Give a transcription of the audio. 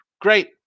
Great